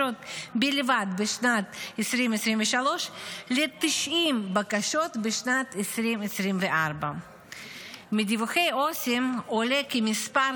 בלבד בשנת 2023 ל-90 בקשות בשנת 2024. מדיווחי עו"סים עולה כי במספר